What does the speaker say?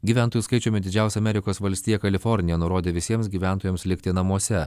gyventojų skaičiumi didžiausia amerikos valstija kalifornija nurodė visiems gyventojams likti namuose